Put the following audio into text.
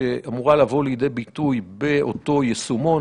שאמורה לבוא לידי ביטוי באותו יישומון.